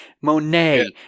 Monet